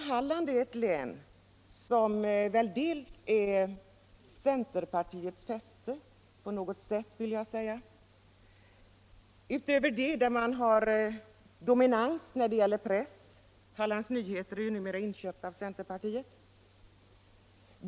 Halland är ett län som är centerpartiets fäste, och centern dominerar också pressen; Hallands Nyheter är numera inköpt av centerpartiet.